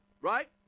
Right